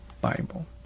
Bible